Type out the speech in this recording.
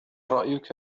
رأيك